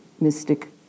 mystic